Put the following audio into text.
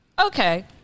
Okay